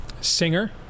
Singer